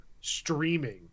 streaming